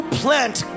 plant